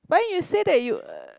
but then you say that you